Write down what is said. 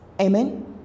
Amen